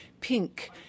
pink